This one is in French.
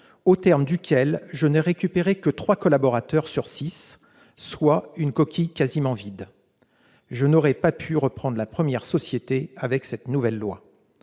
au terme duquel je n'ai récupéré que trois collaborateurs sur six, soit une coquille quasiment vide. Je n'aurais pas pu reprendre la première société avec cette nouvelle loi.